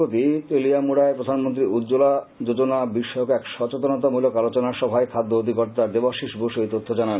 সম্প্রতি তেলিয়ামুডায় প্রধানমন্ত্রী উজ্বলা যোজনা বিষয়ক এক সচেতনতামূলক আলোচনা সভায় খাদ্য অধিকর্তা দেবাশীষ বসু এতথ্য জানান